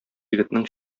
егетнең